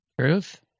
Truth